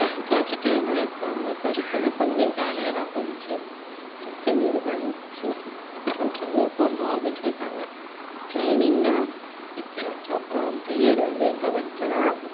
project எழுதணும் exam படிப்புன்னு கொஞ்சம் ஜாலியாக தான் போணுச்சி செகண்ட் இயர் வந்துச்சு அப்புறம் ட்ரைனிங் போடணும் அப்படின்னு சொல்லிட்டாங்க ட்ரைனிங்னால் இப்போயாச்சும் பிஎடு வந்து எங்கே படிச்சோன்னா